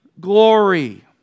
glory